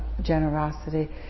generosity